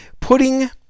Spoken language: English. Putting